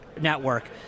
Network